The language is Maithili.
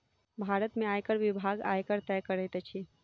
भारत में आयकर विभाग, आयकर तय करैत अछि